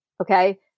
Okay